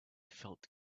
felt